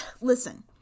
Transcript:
listen